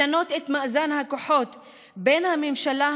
לשנות את מאזן הכוחות בין הממשלה,